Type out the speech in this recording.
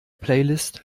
playlist